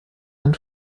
ein